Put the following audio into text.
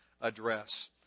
address